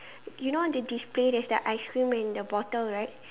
you know the display there's the ice-cream and the bottle right